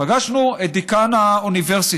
פגשנו את דיקן האוניברסיטה.